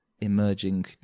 emerging